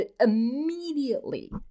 immediately